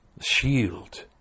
Shield